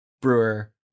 brewer